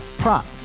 prop